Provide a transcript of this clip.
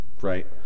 right